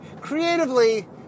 creatively